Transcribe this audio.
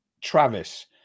Travis